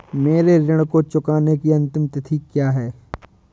मेरे ऋण को चुकाने की अंतिम तिथि क्या है?